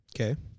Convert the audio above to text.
Okay